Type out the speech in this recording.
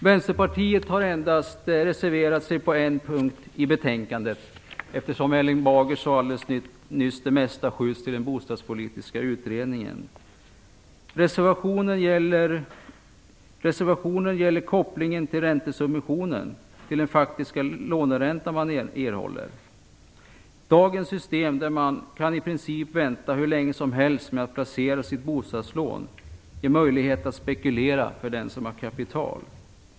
Vänsterpartiet har endast reserverat sig på en punkt i betänkandet. Som Erling Bager sade nyss hänskjuts nämligen det mesta till den bostadspolitiska utredningen. Reservationen gäller kopplingen mellan räntesubventionen och det faktiska lånebelopp man erhåller. Dagens system där man i princip kan vänta hur länge som helst med att placera sitt bostadslån ger möjlighet till spekulation i mån av kapital.